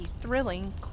thrilling